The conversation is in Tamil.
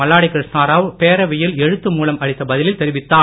மல்லாடி கிருஷ்ணாராவ் பேரவையில் அளித்த எழுத்து மூலம் அளித்த பதிலில் தெரிவித்தார்